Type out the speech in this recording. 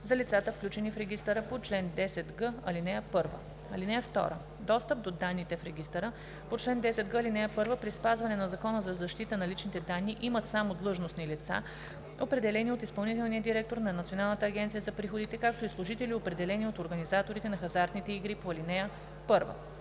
за лицата, включени в регистъра по чл. 10г, ал. 1. (2) Достъп до данните в регистъра по чл. 10г, ал. 1 при спазване на Закона за защита на личните данни имат само длъжностни лица, определени от изпълнителния директор на Националната агенция за приходите, както и служители, определени от организаторите на хазартните игри по ал. 1.